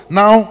Now